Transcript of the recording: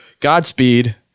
Godspeed